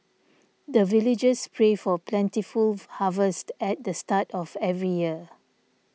the villagers pray for plentiful harvest at the start of every year